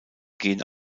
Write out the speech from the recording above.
gehen